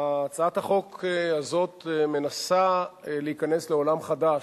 הצעת החוק הזאת מנסה להיכנס לעולם חדש,